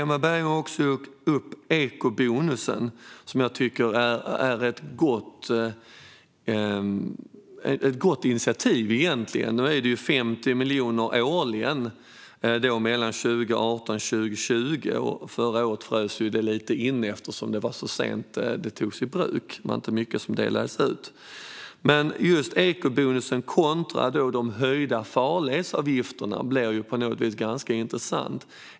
Emma Berginger tog också upp eco-bonusen, som jag egentligen tycker är ett gott initiativ. Nu är det 50 miljoner årligen mellan 2018 och 2020. Förra året frös det inne lite, eftersom det togs i bruk så sent. Det var inte mycket som delades ut. Men eco-bonusen blir på något vis ganska intressant kontra de höjda farledsavgifterna.